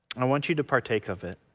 i want you to partake of it.